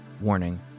Warning